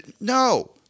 No